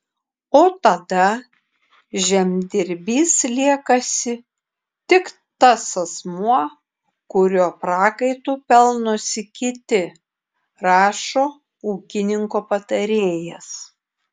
o tada žemdirbys liekasi tik tas asmuo kurio prakaitu pelnosi kiti rašo ūkininko patarėjas